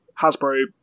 hasbro